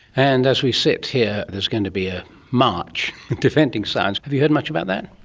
and as we sit here there's going to be a march defending science. have you heard much about that?